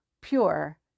pure